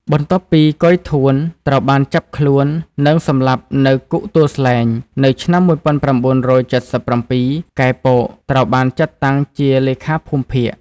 បន្ទាប់ពី កុយ ធួន ត្រូវបានចាប់ខ្លួន និងសម្លាប់នៅគុកទួលស្លែង នៅឆ្នាំ១៩៧៧ កែ ពក ត្រូវបានចាត់តាំងជាលេខាភូមិភាគ។